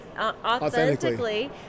Authentically